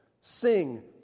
Sing